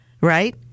right